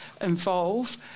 involve